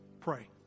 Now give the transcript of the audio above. Pray